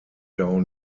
down